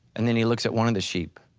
and then he looks at one of the sheep,